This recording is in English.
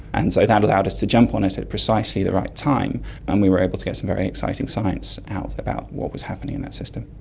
and so that allowed us to jump on it at precisely the right time and we were able to get some very exciting science out about what was happening in that system.